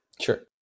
Sure